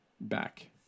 back